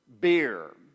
beer